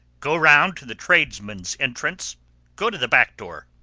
go round to the tradesmen's entrance go to the back door.